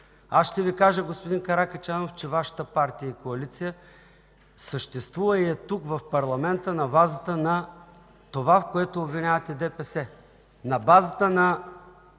Аз ще Ви кажа, господин Каракачанов, че Вашата партия и коалиция съществува и е тук, в парламента, на базата на това, в което обвинявате ДПС